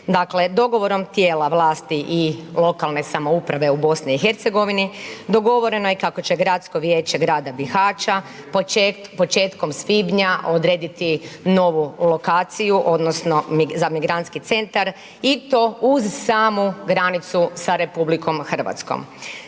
Dakle, tijela vlasti i lokalne samouprava u BiH dogovoreno je kako će gradsko vijeće grada Bihaća početkom svibnja odrediti novu lokaciju odnosno za migrantski centar i to uz samu granicu sa RH. Dakle, što Hrvatska